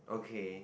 okay